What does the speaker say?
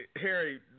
Harry